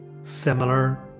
similar